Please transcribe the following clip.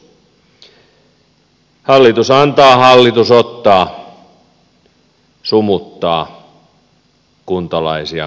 hallitus antaa hallitus ottaa sumuttaa kuntalaisia kansalaisia